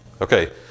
Okay